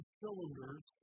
cylinders